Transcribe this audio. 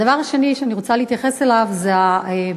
הדבר השני שאני רוצה להתייחס אליו הוא ההחלטה